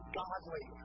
godly